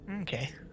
Okay